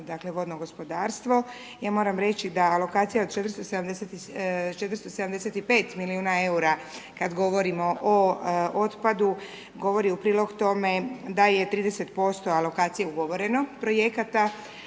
dakle vodno gospodarstvo. Ja moram reći da lokacija od 475 milijuna eura kad govorimo o otpadu govori u prilog tome da je 30% alokacije ugovoreno projekata,